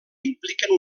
impliquen